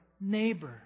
neighbor